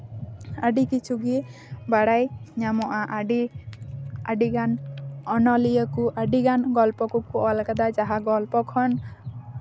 ᱟᱹᱰᱤ ᱠᱤᱪᱷᱩ ᱜᱮ ᱵᱟᱲᱟᱭ ᱧᱟᱢᱚᱜᱼᱟ ᱟᱹᱰᱤ ᱟᱹᱰᱤᱜᱟᱱ ᱚᱱᱚᱞᱤᱭᱟᱹ ᱠᱚ ᱟᱹᱰᱤᱜᱟᱱ ᱜᱚᱞᱯᱷᱚ ᱠᱚᱠᱚ ᱚᱞ ᱠᱟᱫᱟ ᱡᱟᱦᱟᱸ ᱜᱚᱞᱯᱷᱚ ᱠᱷᱚᱱ